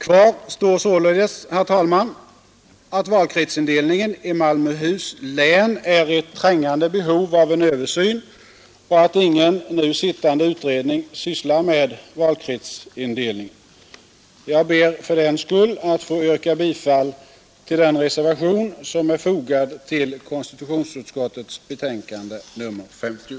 Kvar står således, herr talman, att valkretsindelningen i Malmöhus län är i trängande behov av en översyn och att ingen nu sittande utredning sysslar med valkretsindelningen. Jag ber fördenskull att få yrka bifall till den reservation som är fogad till konstitutionsutskottets betänkande nr Sia